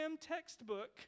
textbook